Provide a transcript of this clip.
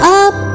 up